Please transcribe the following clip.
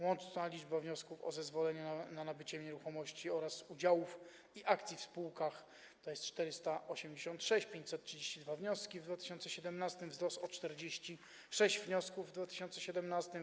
Łączna liczba wniosków o zezwolenie na nabycie nieruchomości oraz udziałów i akcji w spółkach to 486, co przy 532 wnioskach w 2017 r. daje wzrost o 46 wniosków w 2017 r.